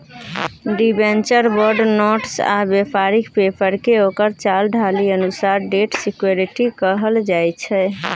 debenture, bond, notes आ बेपारिक पेपरकेँ ओकर चाल ढालि अनुसार डेट सिक्युरिटी कहल जाइ छै